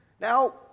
Now